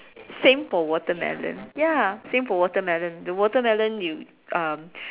same for watermelon ya same for watermelon the watermelon you um